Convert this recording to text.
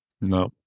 no